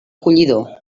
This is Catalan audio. collidor